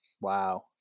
Wow